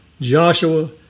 Joshua